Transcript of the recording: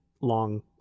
long